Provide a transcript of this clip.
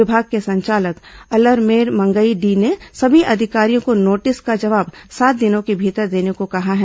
विभाग के संचालक अलरमेल मंगई डी ने सभी अधिकारियों को नोटिस का जवाब सात दिनों के भीतर देने को कहा है